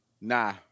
Nah